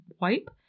wipe